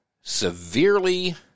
severely